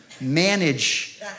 manage